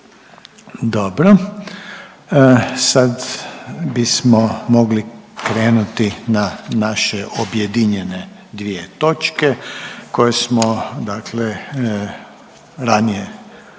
(HDZ)** Sad bismo mogli krenuti na naše objedinjene dvije točke koje smo dakle ranije utvrdili